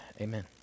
amen